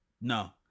No